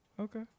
Okay